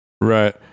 Right